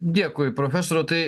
dėkui profesoriau tai